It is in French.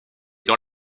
dans